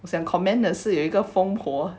我想 comment 的是有一个疯婆